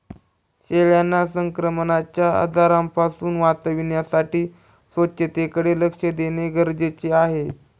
शेळ्यांना संक्रमणाच्या आजारांपासून वाचवण्यासाठी स्वच्छतेकडे लक्ष देणे गरजेचे आहे